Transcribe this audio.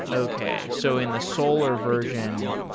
okay. so in the solar version,